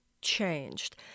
changed